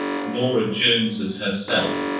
norah jones as herself